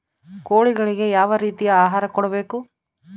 ಕೋಳಿಗಳಿಗೆ ಯಾವ ರೇತಿಯ ಆಹಾರ ಕೊಡಬೇಕು?